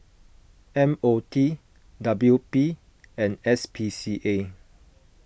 M O T W P and S P C A